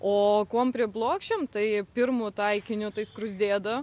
o kuom priblokšim tai pirmu taikiniu tai skruzdėda